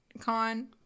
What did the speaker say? Con